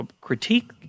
critique